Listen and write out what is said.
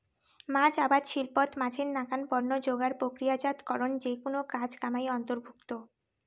মাছ আবাদ শিল্পত মাছের নাকান পণ্য যোগার, প্রক্রিয়াজাতকরণ যেকুনো কাজ কামাই অন্তর্ভুক্ত